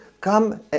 come